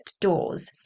doors